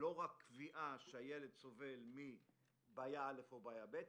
לא רק קביעה שהילד סובל מבעיה א' או בעיה ב',